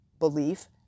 belief